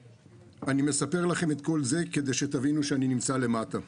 אני מספר לכם את כל זה כדי שתבינו שאני נמצא למטה ושאנחנו,